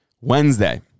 Wednesday